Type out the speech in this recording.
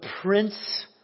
prince